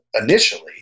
initially